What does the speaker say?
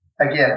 again